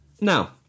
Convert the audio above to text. now